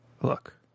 Look